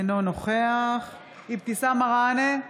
אינו נוכח אבתיסאם מראענה,